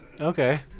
Okay